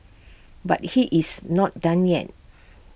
but he is not done yet